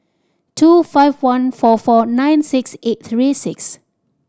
two five one four four nine six eight three six